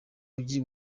mujyi